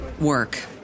work